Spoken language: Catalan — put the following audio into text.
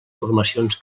formacions